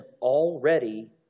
already